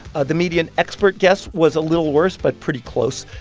ah the median expert guess was a little worse, but pretty close.